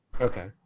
Okay